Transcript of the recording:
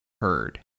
heard